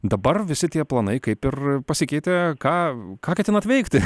dabar visi tie planai kaip ir pasikeitė ką ką ketinat veikti